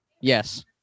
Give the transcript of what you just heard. Yes